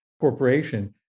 corporation